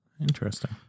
Interesting